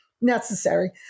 necessary